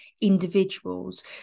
individuals